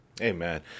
Amen